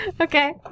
Okay